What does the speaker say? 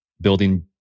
building